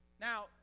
Now